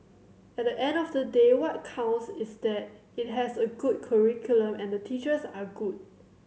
at the end of the day what counts is that it has a good curriculum and the teachers are good